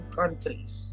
countries